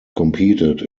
competed